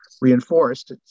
reinforced